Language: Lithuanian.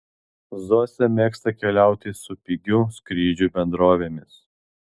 zosė mėgsta keliauti su pigių skrydžių bendrovėmis